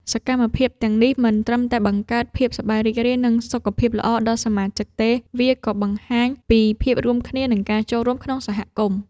សកម្មភាពទាំងនេះមិនត្រឹមតែបង្កើតភាពសប្បាយរីករាយ និងសុខភាពល្អដល់សមាជិកទេ វាក៏បង្ហាញពីភាពរួមគ្នានិងការចូលរួមក្នុងសហគមន៍។